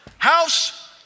House